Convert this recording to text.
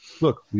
Look